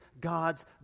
God's